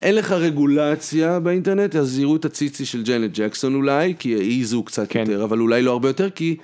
אין לך רגולציה באינטרנט, אז יראו את הציצי של ג'אנט ג'קסון אולי, כי העיזו קצת יותר, כן, אבל אולי לא הרבה יותר כי...